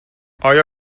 آیا